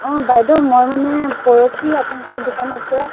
অঁ বাইদেউ মই মানে পৰখি আপোনালোকৰ দোকানৰপৰা